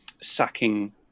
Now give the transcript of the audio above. sacking